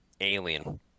Alien